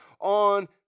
on